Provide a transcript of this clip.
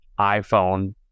iPhone